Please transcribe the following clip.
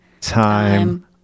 time